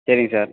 சரிங்க சார்